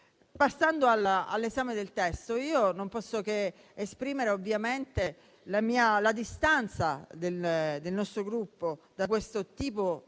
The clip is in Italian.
passando all'esame del testo, non posso che esprimere ovviamente la distanza del nostro Gruppo da questo modo di